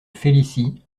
félicie